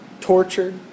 Tortured